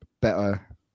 better